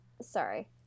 Sorry